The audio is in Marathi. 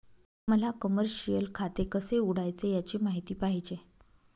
मला कमर्शिअल खाते कसे उघडायचे याची माहिती पाहिजे